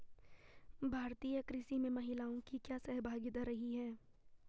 भारतीय कृषि में महिलाओं की क्या सहभागिता रही है?